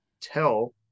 tell